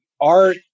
art